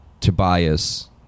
Tobias